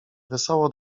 wesoło